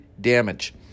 damage